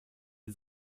sie